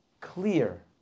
clear